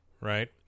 right